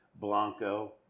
Blanco